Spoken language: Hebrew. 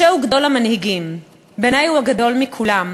משה הוא גדול המנהיגים, בעיני הוא הגדול מכולם,